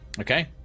Okay